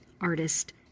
Artist